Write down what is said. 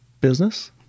business